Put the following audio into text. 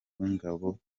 w’ingabo